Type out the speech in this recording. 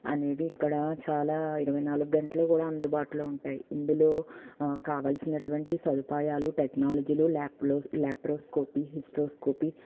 అనేవి ఇక్కడ చాలా ఇరవై నాలుగు గంటలు కూడా అందుబాటులో ఉంటాయి ఇందులో కావలసినటువంటి సదుపాయాలు టెక్నాలజీలు ల్యాప్లో ల్యాప్రోస్కోపి హిస్ట్రోస్కోపీ